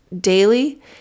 daily